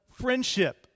friendship